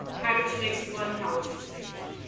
hydrogen makes one, halogens make one.